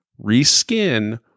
reskin